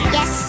Yes